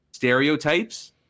stereotypes